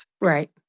Right